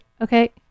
okay